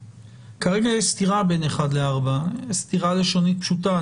כרגע יש סתירה בין 1 ל-4, סתירה לשונית פשוטה.